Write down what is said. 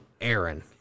Aaron